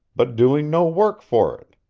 but doing no work for it.